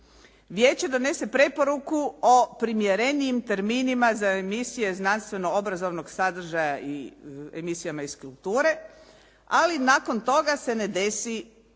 Vijeće donese preporuku o primjerenijim terminima za emisije znanstveno obrazovnog sadržaja i emisijama iz kulture, ali nakon toga se ne desi